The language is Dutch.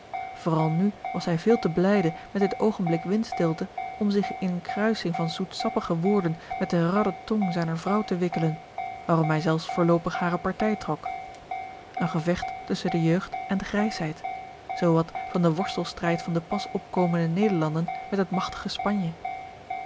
vooral nu was hij veel te blijde met dit oogenblik windstilte om zich in eene kruising van zoetsappige woorden met de radde tong zijner vrouw te wikkelen waarom hij zelfs voorloopig hare partij trok een gevecht tusschen george een ongeluksvogel de jeugd en de grijsheid zoo wat van den worstelstrijd van de pas opkomende nederlanden met het magtige spanje